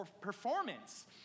performance